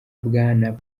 bwana